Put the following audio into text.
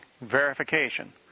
verification